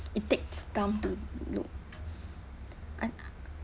it takes time to load I